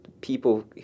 People